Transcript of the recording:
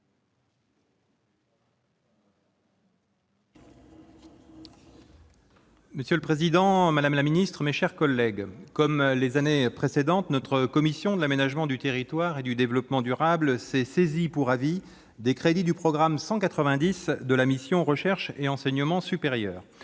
Monsieur le président, madame la ministre, mes chers collègues, comme les années précédentes, la commission de l'aménagement du territoire et du développement durable s'est saisie pour avis des crédits du programme 190 de la mission « Recherche et enseignement supérieur